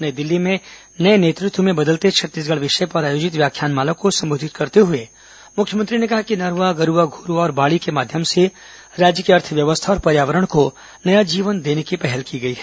नई दिल्ली में नए नेतृत्व में बदलते छत्तीसगढ़ विषय पर आयोजित व्याख्यान माला को संबोधित करते हुए मुख्यमंत्री ने कहा कि नरवा गरूवा घुरूवा और बाड़ी के माध्यम से राज्य की अर्थव्यवस्था और पर्यावरण को नया जीवन देने की पहल की गई है